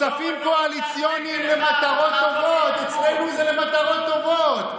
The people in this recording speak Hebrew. כספים קואליציוניים למטרות טובות,